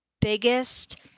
biggest